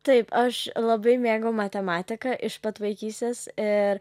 taip aš labai mėgau matematiką iš pat vaikystės ir